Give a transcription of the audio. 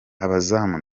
abazamu